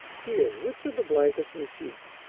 here, which are the blankets and sheets?